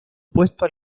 puesto